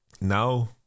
now